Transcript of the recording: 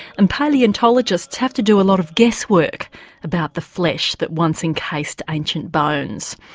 and palaeontologists have to do a lot of guesswork about the flesh that once encased ancient bones.